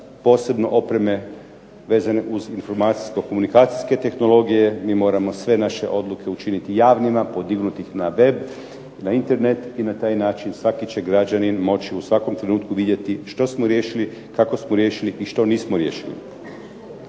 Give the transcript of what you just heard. posebno opreme vezane uz informacijsko-komunikacijske tehnologije, mi moramo sve naše odluke učiniti javnima, podignuti ih na web, na Internet, i na taj način svaki će građanin moći u svakom trenutku vidjeti što smo riješili, kako smo riješili i što nismo riješili.